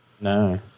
no